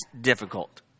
difficult